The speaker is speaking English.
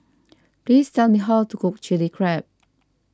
please tell me how to cook Chili Crab